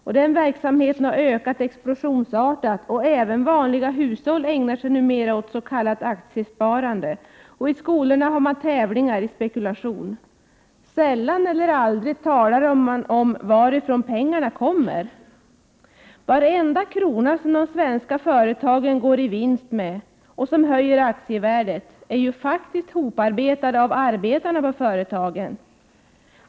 Den här verksamheten har ökat explotionsartat, och även vanliga hushåll ägnar sig numera åt s.k. aktiesparande, och i skolorna har man tävlingar i spekulation. Sällan eller aldrig talar man om varifrån pengarna kommer. Varenda krona som de svenska företagen går i vinst med, och som höjer aktievärdet, är ju faktiskt hoparbetade av arbetarna på företagen.